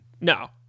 No